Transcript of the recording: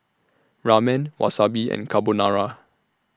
Ramen Wasabi and Carbonara